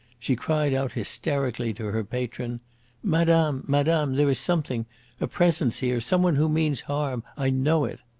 she cried out hysterically to her patron madame! madame! there is something a presence here some one who means harm! i know it!